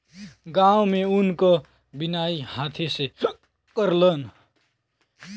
गांव में ऊन क बिनाई हाथे से करलन